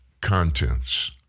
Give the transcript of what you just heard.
contents